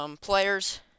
players